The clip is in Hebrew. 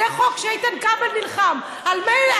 זה חוק שאיתן כבל נלחם עליו.